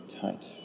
tight